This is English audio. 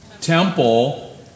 temple